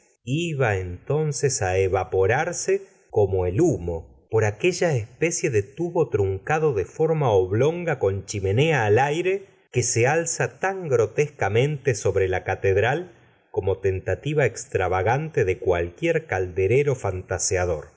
iba entonces á evaporarse como el humo por aquella especie de tubo t runcado de forma oblonga con chimenea al aire que se alza la señora de bovary tan grotescamente sobre la catedral como tentativa extravagante de cualquier calderero fantaseador